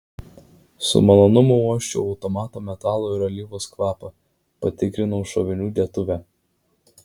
su malonumu uosčiau automato metalo ir alyvos kvapą patikrinau šovinių dėtuvę